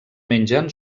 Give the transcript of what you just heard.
mengen